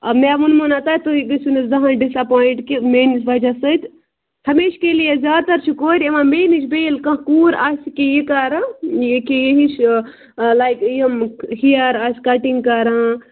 آ مےٚ ووٚنمو نا تۄہہِ تُہۍ گٔژھِو نہٕ زٔہٕنٛے ڈِساپوایِنٛٹ کہِ میٛٲنِس وَجہ سۭتۍ ہمیشہِ کے لیے زیادٕ تَر چھِ کورِ یِوان مےٚ نِش بیٚیہِ ییٚلہِ کانٛہہ کوٗر آسہِ کیٚنٛہہ یہِ کَران یہِ کہِ یہِ ہِش یہِ لایِک یِم ہِیَر آسہِ کَٹِنٛگ کَران